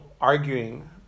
arguing